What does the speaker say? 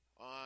on